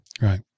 Right